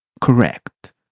correct